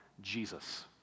Jesus